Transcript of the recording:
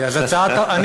הצעת החוק בינונית.